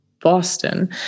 Boston